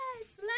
Yes